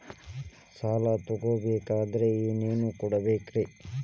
ಸಾಲ ತೊಗೋಬೇಕಂದ್ರ ಏನೇನ್ ಕೊಡಬೇಕ್ರಿ?